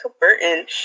Burton